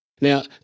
Now